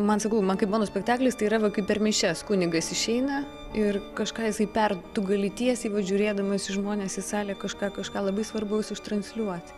man sakau man kaip mono spektaklis tai yra va kaip per mišias kunigas išeina ir kažką jisai per tu gali tiesiai žiūrėdamas į žmones į salę kažką kažką labai svarbaus iš transliuoti